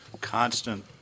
constant